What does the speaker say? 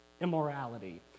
immorality